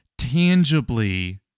tangibly